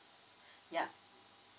yup